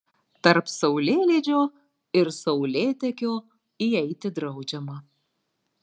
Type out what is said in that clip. tarp saulėlydžio ir saulėtekio įeiti draudžiama